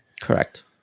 Correct